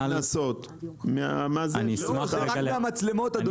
זה רק מהמצלמות, אדוני.